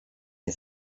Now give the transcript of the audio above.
nie